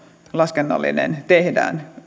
laskennallinen peruskorvaus tehdään